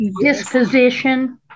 disposition